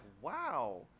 wow